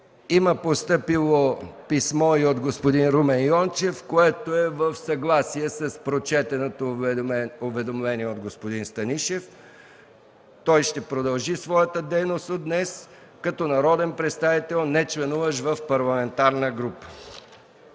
Има постъпило писмо от господин Румен Йончев, което е в съгласие с прочетеното уведомление от господин Станишев. Той ще продължи своята дейност от днес като народен представител, нечленуващ в парламентарна група.